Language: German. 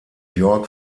york